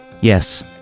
Yes